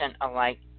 alike